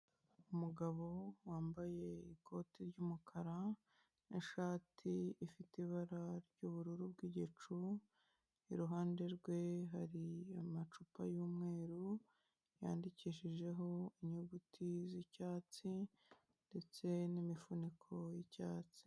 Umugabo wambaye ikoti ry'umukara n'ishati ifite ibara ry'ubururu bw'igicu iruhande rwe hari amacupa y'umweru yandikishijeho inyuguti z'icyatsi ndetse n'imifuniko y'icyatsi.